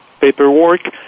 paperwork